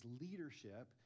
leadership